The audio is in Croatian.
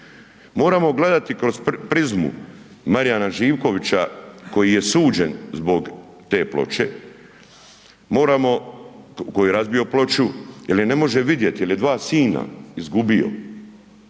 Moramo gledati kroz prizmu Marijana Živkovića koji je suđen zbog te ploče, koji je razbio ploču jel je ne može vidjet jel je dva sina izgubio.